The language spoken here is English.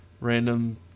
random